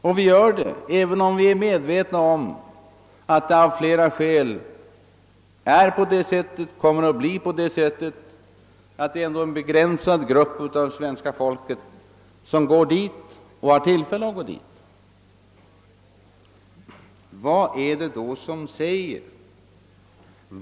Och vi gör det även om vi är medvetna om att det av flera skäl är och kommer att bli på det sättet att det ändå är en begränsad del av svenska folket som går dit och har tillfälle att gå dit.